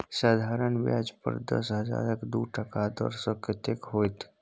साधारण ब्याज पर दस हजारक दू टका दर सँ कतेक होएत?